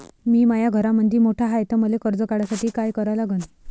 मी माया घरामंदी मोठा हाय त मले कर्ज काढासाठी काय करा लागन?